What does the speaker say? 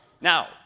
Now